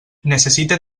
necessite